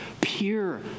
pure